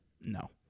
No